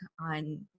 on